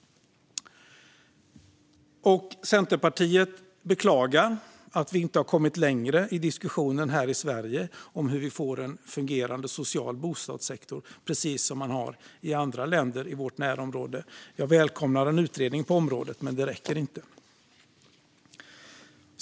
Centerpartiet beklagar att vi inte har kommit längre i diskussionen i Sverige om hur vi får en fungerande social bostadssektor, precis som man har i andra länder i vårt närområde. Jag välkomnar en utredning på området, men det räcker inte.